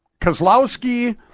Kozlowski